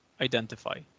identify